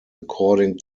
according